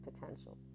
potential